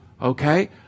okay